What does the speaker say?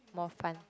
more fun